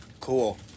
Cool